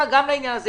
בחקיקה למה שאמרתם.